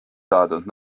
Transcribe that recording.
saadud